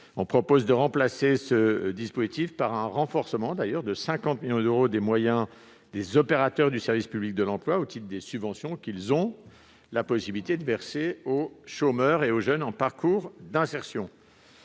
propose de remplacer ce dispositif par un renforcement de 50 millions d'euros des moyens des opérateurs du service public de l'emploi au titre des subventions qu'ils ont déjà la possibilité de verser aux chômeurs et aux jeunes en parcours d'insertion.